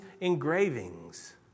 engravings